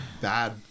bad